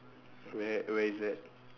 where where is that